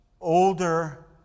older